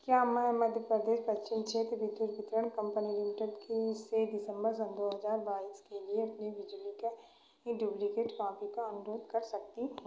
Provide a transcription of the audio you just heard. क्या मैं मध्य प्रदेश पश्चिम क्षेत्र विद्युत वितरण कंपनी लिमिटेड की से दिसंबर सन दो हजार बाईस के लिए अपनी बिजली के ये डुप्लिकेट कॉपी का अनुरोध कर सकती हूँ